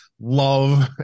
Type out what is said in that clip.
love